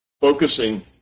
focusing